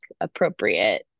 appropriate